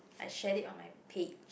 I shared it on my page